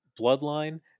Bloodline